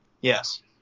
Yes